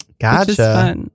Gotcha